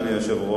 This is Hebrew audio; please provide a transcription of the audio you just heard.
אדוני היושב-ראש,